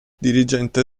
dirigente